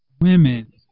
women